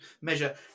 measure